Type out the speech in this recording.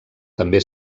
també